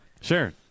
Sure